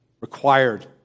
required